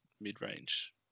mid-range